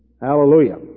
hallelujah